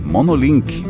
Monolink